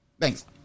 Thanks